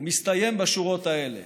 שמסתיים בשורות האלה: